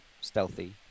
Stealthy